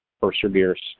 perseveres